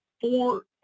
four